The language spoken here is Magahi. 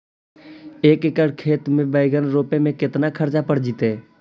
एक एकड़ खेत में बैंगन रोपे में केतना ख़र्चा पड़ जितै?